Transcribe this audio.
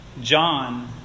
John